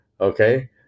Okay